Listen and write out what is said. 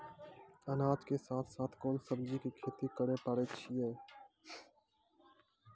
अनाज के साथ साथ कोंन सब्जी के खेती करे पारे छियै?